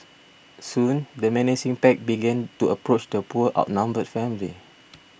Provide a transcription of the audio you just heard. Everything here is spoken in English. soon the menacing pack began to approach the poor outnumbered family